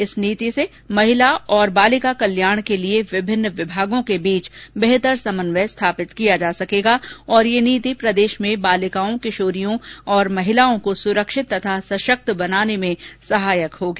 इस नीति से महिला और बालिका कल्याण के लिए विभिन्न विभागों के बीच बेहतर समन्वय स्थापित किया जा सकेगा और यह नीति प्रदेश में बालिकाओं किशोरियों और महिलाओं को सुरक्षित और सशक्त बनाने में सहायक होगी